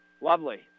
Lovely